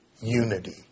unity